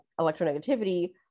electronegativity